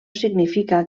significa